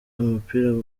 umupira